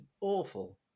awful